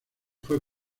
fue